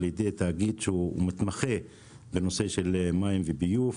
על ידי תאגיד שמתמחה בנושא של מים וביוב.